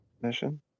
mission